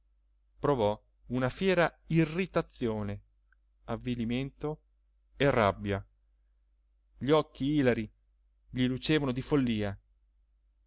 provò una fiera irritazione avvilimento e rabbia gli occhi ilari gli lucevano di follia